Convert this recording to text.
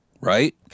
Right